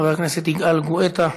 חבר הכנסת יגאל גואטה,